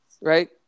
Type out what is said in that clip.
Right